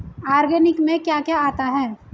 Organic में क्या क्या आता है?